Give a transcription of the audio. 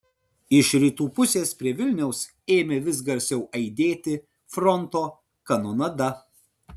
iš rytų pusės prie vilniaus ėmė vis garsiau aidėti fronto kanonada